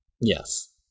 Yes